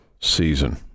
season